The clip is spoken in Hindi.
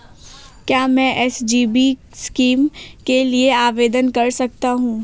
क्या मैं एस.जी.बी स्कीम के लिए आवेदन कर सकता हूँ?